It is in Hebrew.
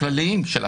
של התעשייה,